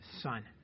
son